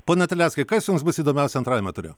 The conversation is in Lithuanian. pone terleckai kas jums bus įdomiausia antrajame ture